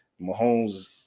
Mahomes